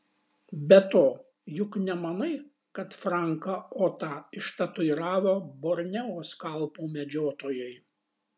be to juk nemanai kad franką otą ištatuiravo borneo skalpų medžiotojai